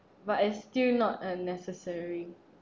but is still not a necessary